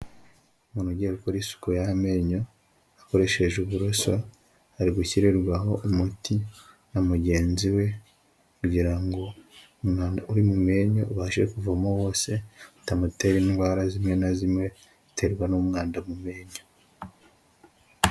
Umuntu ugiye gukora isuku y'amenyo akoresheje uburoso, ari gushyirirwaho umuti na mugenzi we kugirango umwanda uri mu menyo ubashe kuvamo wose utamutera indwara zimwe na zimwe ziterwa n'umwanda mu menyo.